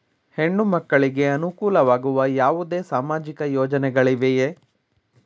ಹೆಣ್ಣು ಮಕ್ಕಳಿಗೆ ಅನುಕೂಲವಾಗುವ ಯಾವುದೇ ಸಾಮಾಜಿಕ ಯೋಜನೆಗಳಿವೆಯೇ?